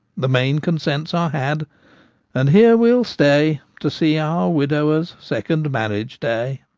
the main consents are had and here we'll stay to see our widower's second marriage-day.